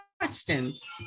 questions